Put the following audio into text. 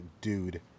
dude